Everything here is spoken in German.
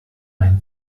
ein